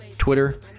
Twitter